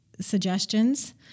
suggestions